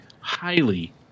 highly